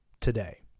today